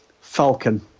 Falcon